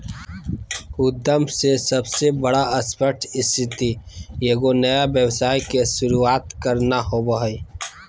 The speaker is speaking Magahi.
उद्यम के सबसे बड़ा स्पष्ट स्थिति एगो नया व्यवसाय के शुरूआत करना होबो हइ